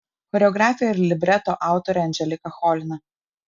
choreografė ir libreto autorė anželika cholina